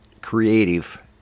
creative